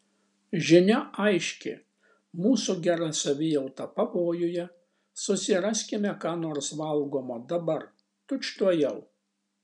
žinia aiški mūsų gera savijauta pavojuje susiraskime ką nors valgomo dabar tučtuojau